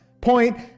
point